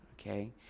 okay